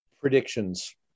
Predictions